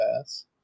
Pass